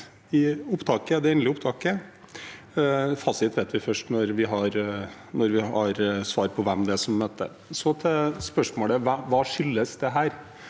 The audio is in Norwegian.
bit i det endelige opptaket. Fasiten kjenner vi først når vi har svar på hvem det er som møter. Så til spørsmålet: Hva skyldes dette?